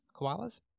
koalas